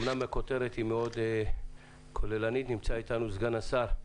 אומנם הכותרת היא מאוד כוללנית נמצא אתנו סגן השרה,